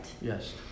Yes